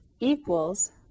equals